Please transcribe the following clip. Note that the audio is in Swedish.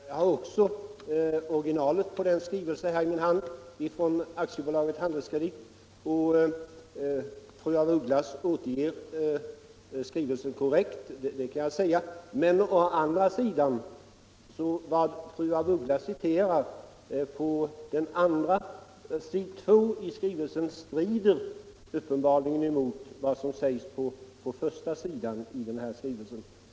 Herr talman! Jag har originalet till skrivelsen från AB Handelskredit här i min hand. Fru af Ugglas återger skrivelsen korrekt, det kan jag säga. Vad fru af Ugglas citerar på andra sidan i skrivelsen strider dock uppenbarligen mot vad som sägs på första sidan i den.